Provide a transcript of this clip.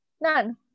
none